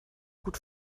gut